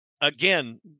again